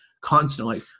Constantly